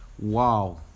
wow